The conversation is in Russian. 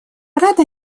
рады